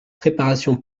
préparation